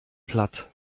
platt